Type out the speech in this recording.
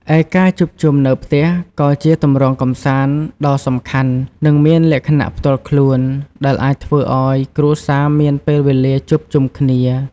ឯការជួបជុំនៅផ្ទះ ក៏ជាទម្រង់កម្សាន្តដ៏សំខាន់ និងមានលក្ខណៈផ្ទាល់ខ្លួន ដែលអាចធ្វើអោយគ្រួសារមានពេលវេលាជួបជុំគ្នា។